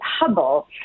Hubble